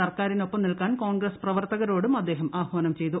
സർക്കാരിനൊപ്പം നിൽക്കാൻ കോൺഗ്രസ് പ്രവർത്തകരോടും അദ്ദേഹം ആഹ്വാനം ചെയ്തു